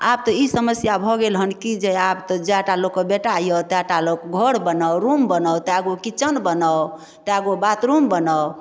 आब तऽ ई समस्या भऽ गेल हन कि जे आब तऽ जएटा लोक कऽ बेटा यऽ तएटा लोक घर बनाउ रूम बनाउ तएगो किचन बनाउ तएगो बाथरूम बनाउ